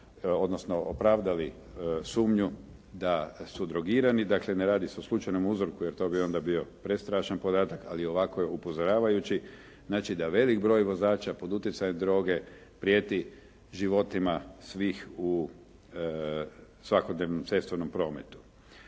odnosno opravdali sumnju da su drogirani. Dakle, ne radi se o slučajno uzorku jer to bi onda bio prestrašan podatak ali ovako je upozoravajući. Znači, da veliki broj vozača pod utjecajem droge prijeti životima svih u svakodnevnom cestovnom prometu.